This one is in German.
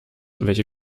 welche